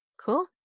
Cool